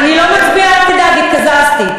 אני לא מצביעה, אל תדאג, התקזזתי.